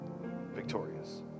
victorious